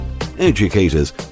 educators